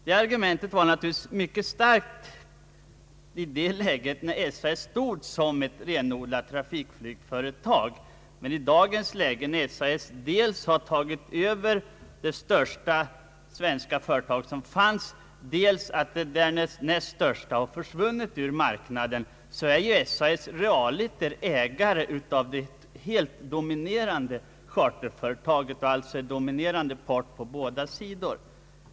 Det argumentet var starkare i ett läge när SAS stod som ett renodlat linjetrafikföretag. Men i dagens läge, när SAS startat eget, sedan tagit över det största svenska charterflygföretaget och därefter en av de största konkurrenterna försvunnit ur marknaden, är ju SAS realiter ägare av det helt dominerande charterföretaget, alltså dominerande part på båda sidor.